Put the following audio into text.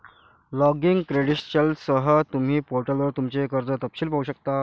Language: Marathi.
लॉगिन क्रेडेंशियलसह, तुम्ही पोर्टलवर तुमचे कर्ज तपशील पाहू शकता